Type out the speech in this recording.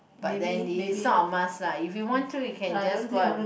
but then it is not a must lah if you want to you can just go out